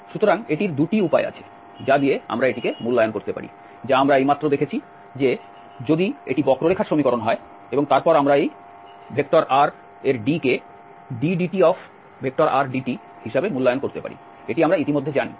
সুতরাং এটির 2 টি উপায় আছে যা দিয়ে আমরা এটিকে মূল্যায়ন করতে পারি যা আমরা এইমাত্র দেখেছি যে যদি এটি বক্ররেখার সমীকরণ হয় এবং তারপর আমরা এই dr কে drdtdt হিসাবে মূল্যায়ন করতে পারি এটি আমরা ইতিমধ্যে জানি